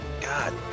God